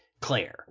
Claire